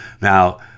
Now